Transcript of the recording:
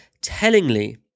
tellingly